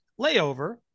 layover